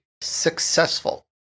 successful